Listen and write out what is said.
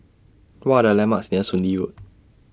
What Are The landmarks near Soon Lee Road